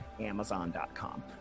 Amazon.com